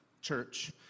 church